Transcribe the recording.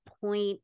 point